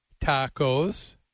tacos